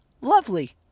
lovely